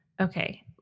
Okay